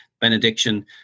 benediction